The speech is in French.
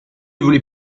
voulait